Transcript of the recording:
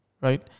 right